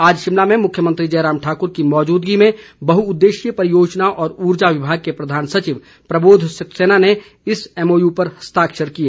आज शिमला में मुख्यमंत्री जयराम ठाक्र की मौजूदगी में बहउददेशीय परियोजना और उर्जा विभाग के प्रधान सचिव प्रबोध सक्सेना ने इस एमओयू पर हस्तक्षर किए